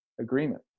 agreement